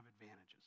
advantages